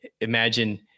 imagine